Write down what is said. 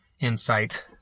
Insight